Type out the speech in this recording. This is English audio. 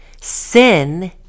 sin